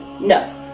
no